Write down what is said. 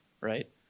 right